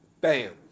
Bam